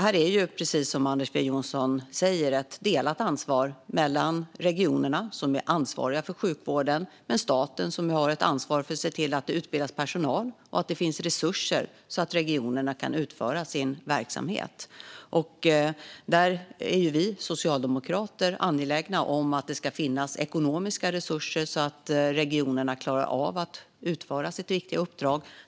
Här är det, precis som Ander W Jonsson säger, ett delat ansvar mellan regionerna som är ansvariga för sjukvården och staten som har ett ansvar för att se till att det utbildas personal och att det finns resurser så att regionerna kan utföra sin verksamhet. Där är vi socialdemokrater angelägna om att det ska finnas ekonomiska resurser så att regionerna klarar av att utföra sitt viktiga uppdrag.